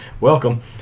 welcome